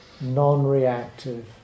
non-reactive